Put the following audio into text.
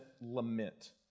lament